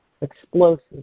explosive